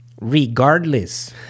regardless